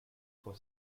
for